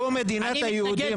זו מדינת היהודים.